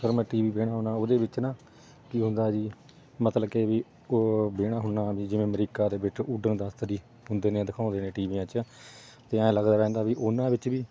sir ਮੈਂ TV ਵੇਹਨਾ ਹੁੰਨਾ ਉਹਦੇ ਵਿੱਚ ਨਾ ਕੀ ਹੁੰਦਾ ਜੀ ਮਤਲਬ ਕਿ ਵੀ ਉਹ ਵੇਹਨਾ ਹੁੰਦਾ ਵੀ ਜਿਵੇਂ ਅਮਰੀਕਾ ਦੇ ਵਿੱਚ ਉੱਡਣ ਤਸਤਰੀ ਹੁੰਦੇ ਨੇ ਦਿਖਾਉਂਦੇ ਨੇ ਟੀਵੀਆਂ 'ਚ ਅਤੇ ਐ ਲੱਗਦਾ ਰਹਿੰਦਾ ਵੀ ਉਹਨਾਂ ਵਿੱਚ ਵੀ